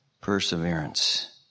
Perseverance